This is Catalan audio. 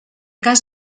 cas